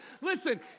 Listen